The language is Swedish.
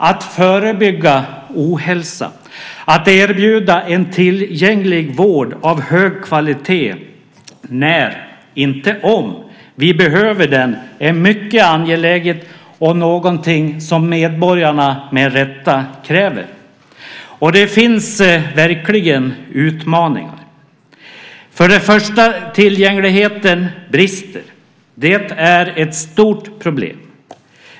Att förebygga ohälsa och erbjuda en tillgänglig vård av hög kvalitet när, inte om, vi behöver den är mycket angeläget och någonting som medborgarna med rätta kräver av oss. Det finns verkligen utmaningar. För det första brister tillgängligheten. Det är ett stort problem.